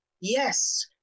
Yes